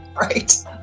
right